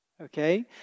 Okay